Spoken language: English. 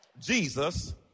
Jesus